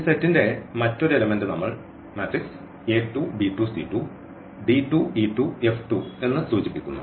ഈ സെറ്റിന്റെ മറ്റൊരു എലിമെൻറ് നമ്മൾ സൂചിപ്പിക്കുന്നു